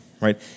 Right